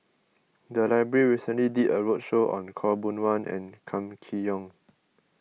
the library recently did a roadshow on Khaw Boon Wan and Kam Kee Yong